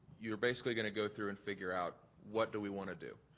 you're basically gonna go through and figure out what do we wanna do.